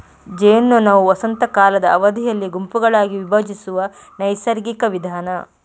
ಜೇನ್ನೊಣವು ವಸಂತ ಕಾಲದ ಅವಧಿಯಲ್ಲಿ ಗುಂಪುಗಳಾಗಿ ವಿಭಜಿಸುವ ನೈಸರ್ಗಿಕ ವಿಧಾನ